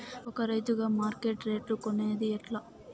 ఒక రైతుగా మార్కెట్ రేట్లు తెలుసుకొనేది ఎట్లా?